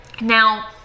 now